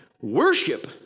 Worship